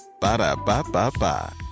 Ba-da-ba-ba-ba